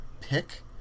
pick